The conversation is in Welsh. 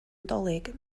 nadolig